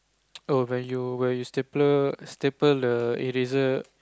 oh when you when you stapler staple the eraser